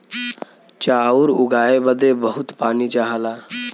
चाउर उगाए बदे बहुत पानी चाहला